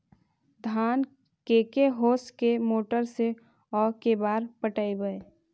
धान के के होंस के मोटर से औ के बार पटइबै?